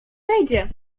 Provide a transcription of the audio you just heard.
wejdzie